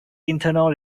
internal